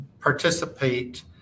participate